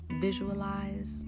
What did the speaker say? Visualize